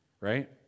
right